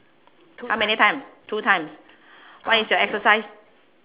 how many time two times what is your exercise